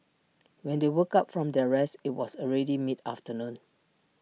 when they woke up from their rest IT was already mid afternoon